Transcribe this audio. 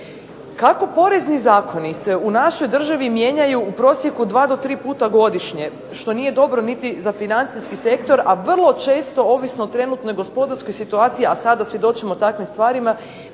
Kako porezni zakoni se u našoj državi mijenjaju u prosjeku dva do tri puta godišnje što nije dobro niti za financijski sektor, a vrlo često ovisno o trenutnoj gospodarskoj situaciji, a sada svjedočimo takvim stvarima,